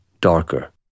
darker